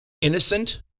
innocent